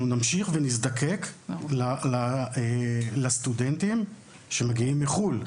אנחנו נמשיך ונזדקק לסטודנטים שמגיעים מחו"ל.